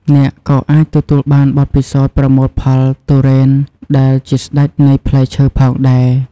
អ្នកក៏អាចទទួលបានបទពិសោធន៍ប្រមូលផលទុរេនដែលជាស្តេចនៃផ្លែឈើផងដែរ។